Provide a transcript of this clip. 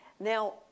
Now